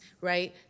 right